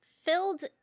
filled